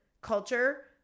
culture